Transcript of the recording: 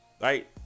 right